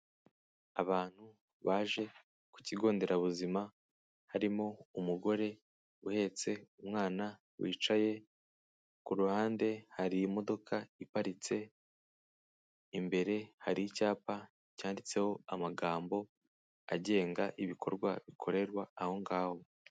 Abantu baje ku kigo nderabuzima harimo umugore uhetse umwana wicaye, ku ruhande hari imodoka iparitse imbere, hari icyapa cyanditseho amagambo agenga ibikorwa bikorerwa aho ngaho,